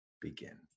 begin